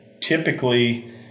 typically